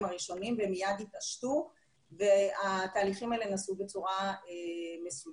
הראשונים והם מיד התעשתו והתהליכים האלה נעשו בצורה מסודרת.